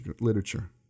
literature